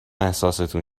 احساستون